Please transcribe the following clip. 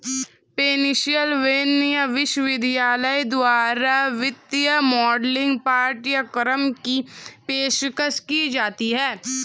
Pennsylvania विश्वविद्यालय द्वारा वित्तीय मॉडलिंग पाठ्यक्रम की पेशकश की जाती हैं